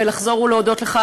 ולחזור ולהודות לך,